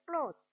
clothes